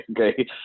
okay